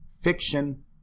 fiction